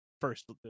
first